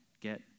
get